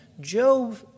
Job